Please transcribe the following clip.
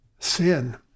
Sin